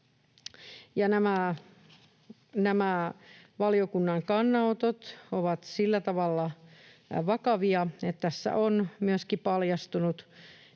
Nämä valiokunnan kannanotot ovat sillä tavalla vakavia, että tässä on myöskin paljastunut